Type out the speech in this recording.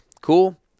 Cool